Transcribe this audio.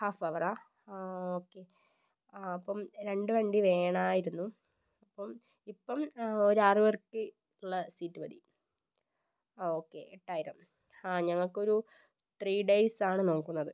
half അവറാണോ okay അപ്പം രണ്ട് വണ്ടി വേണമായിരുന്നു അപ്പം ഇപ്പം ഒരാറുപേർക്ക് ഉള്ള സീറ്റ് മതി ആ ഓക്കേ എട്ടായിരം ആ ഞങ്ങൾക്കൊരു ത്രീ ഡേയ്സ് ആണ് നോക്കുന്നത്